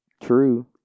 True